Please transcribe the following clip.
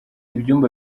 ibyumba